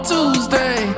Tuesday